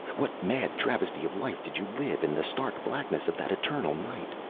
what mad travesty of life did you live, in the stark blackness of that eternal night?